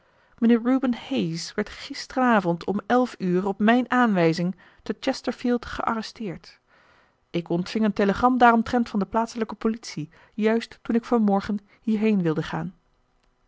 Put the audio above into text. mr reuben hayes werd gisteren avond om elf uur op mijn aanwijzing te chesterfield gearresteerd ik ontving een telegram daaromtrent van de plaatselijke politie juist toen ik van morgen hierheen wilde gaan